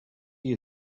you